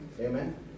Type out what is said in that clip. Amen